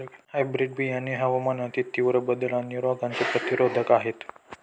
hybrid बियाणे हवामानातील तीव्र बदल आणि रोगांचे प्रतिरोधक आहे